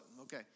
Okay